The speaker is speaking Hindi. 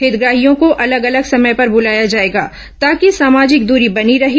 हितग्राहियों को अलग अलग समय पर बुलाया जाएगा ताँकि सामाजिक दूरी बनी रही